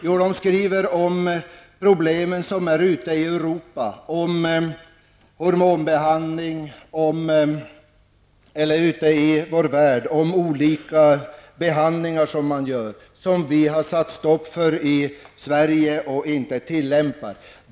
Jo, de skriver om de problem som förekommer ute i vår värld, om olika behandlingar som görs, vilka vi har satt stopp för och inte tillämpar i Sverige.